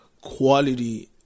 quality